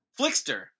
Flickster